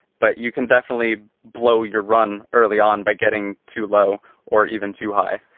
but you can definitely blow your run early on by getting too low or even too high.